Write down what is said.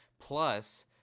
Plus